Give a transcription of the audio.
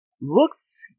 looks